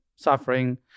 suffering